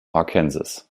arkansas